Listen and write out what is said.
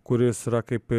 kuris yra kaip